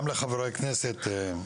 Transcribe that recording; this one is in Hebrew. גם לחברי הכנסת.